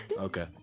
Okay